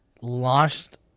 launched